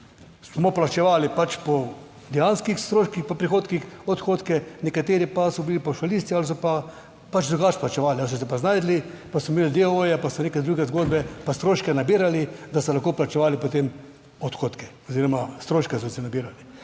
smo plačevali pač po dejanskih stroških, pa prihodkih, odhodke, nekateri pa so bili pavšalisti ali so pa pač drugače plačevali ali so se pa znašli, pa so imeli deooje, pa so neke druge zgodbe, pa stroške nabirali, da so lahko plačevali potem odhodke oziroma stroške so si nabirali.